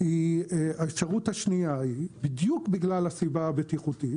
האפשרות השנייה היא בדיוק מסיבה בטיחותית,